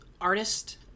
artist